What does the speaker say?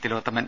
Thilothaman